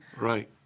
Right